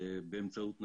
באמצעות נעל"ה.